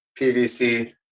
PVC